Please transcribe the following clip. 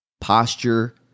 posture